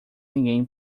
ninguém